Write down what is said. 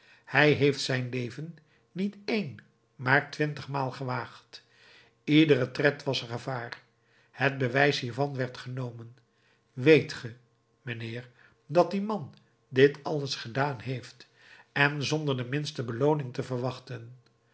hij heeft zijn leven niet één maar twintigmaal gewaagd iedere tred was een gevaar het bewijs hiervan werd genomen weet ge mijnheer dat die man dit alles gedaan heeft en zonder de minste belooning te verwachten